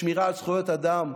שמירה על זכויות אדם,